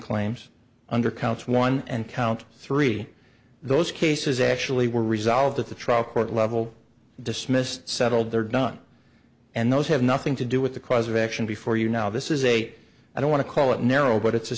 claims under counts one and count three those cases actually were resolved at the trial court level dismissed settled they're done and those have nothing to do with the cause of action before you now this is a i don't want to call it narrow but it's a